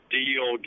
deal